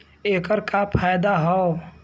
ऐकर का फायदा हव?